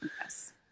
Yes